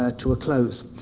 ah to a close.